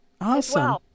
Awesome